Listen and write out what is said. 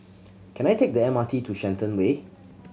can I take the M R T to Shenton Way